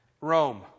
Rome